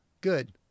Good